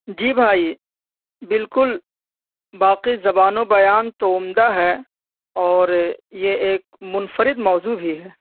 جی بھائی بالکل باقی زبان و بیان تو عمدہ ہے اور یہ ایک منفرد موضوع ہی ہے